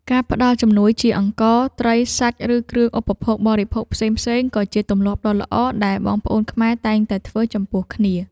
ការផ្តល់ជំនួយជាអង្ករ ត្រី សាច់ ឬគ្រឿងឧបភោគបរិភោគផ្សេងៗ ក៏ជាទម្លាប់ដ៏ល្អដែលបងប្អូនខ្មែរតែងតែធ្វើចំពោះគ្នា។